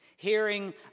Hearing